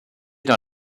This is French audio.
dans